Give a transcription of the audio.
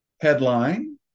headline